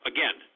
Again